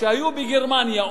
שהיו בגרמניה,